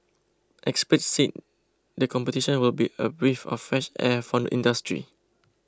experts said the competition will be a breath of fresh air for the industry